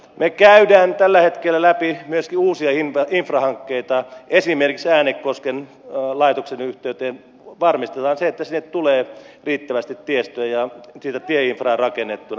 me käymme tällä hetkellä läpi myöskin uusia infrahankkeita esimerkiksi äänekosken laitoksen yhteydessä varmistamme sen että sinne tulee riittävästi tiestöä ja sitä tieinfraa rakennettuna oikealla tavalla